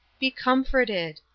be comforted.